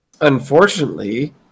unfortunately